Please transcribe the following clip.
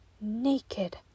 Naked